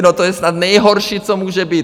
No to je snad nejhorší, co může být.